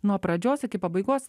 nuo pradžios iki pabaigos